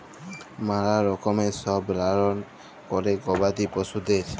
ম্যালা রকমের সব লালল ক্যরে গবাদি পশুদের